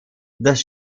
das